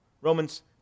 Romans